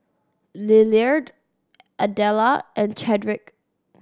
Lillard Adella and Chadrick